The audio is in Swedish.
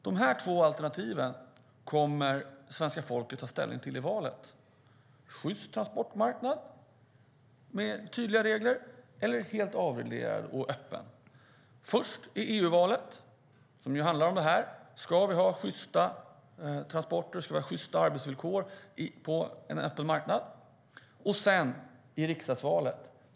De här två alternativen kommer svenska folket att ta ställning till i valet: en sjyst transportmarknad med tydliga regler eller en helt avreglerad och öppen marknad. Först sker det i EU-valet, som ju handlar om detta. Ska vi ha sjysta transporter och sjysta arbetsvillkor på en öppen marknad? Sedan sker det i riksdagsvalet.